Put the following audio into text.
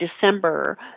December